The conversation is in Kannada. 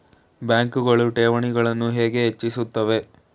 ಬ್ಯಾಂಕುಗಳು ಠೇವಣಿಗಳನ್ನು ಹೇಗೆ ಹೆಚ್ಚಿಸುತ್ತವೆ?